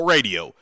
Radio